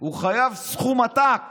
הוא חייב סכום עתק